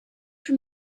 from